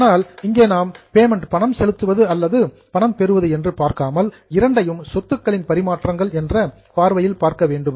ஆனால் இங்கே நாம் பேமண்ட் பணம் செலுத்துவது அல்லது ரிசிப்ட் பணம் பெறுவது என்று பார்க்காமல் இரண்டையும் சொத்துக்களின் பரிமாற்றங்கள் என்ற பார்வையில் பார்க்க வேண்டும்